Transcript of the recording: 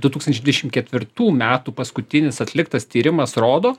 du tūkstančiai dvidešim ketvirtų metų paskutinis atliktas tyrimas rodo